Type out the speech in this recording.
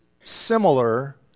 similar